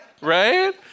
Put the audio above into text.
Right